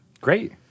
Great